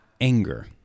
anger